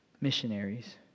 missionaries